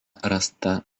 rasta